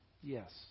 Yes